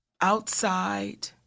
outside